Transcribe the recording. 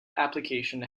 application